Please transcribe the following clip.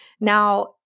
Now